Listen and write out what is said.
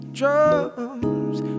drums